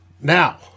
Now